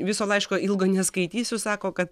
viso laiško ilgo neskaitysiu sako kad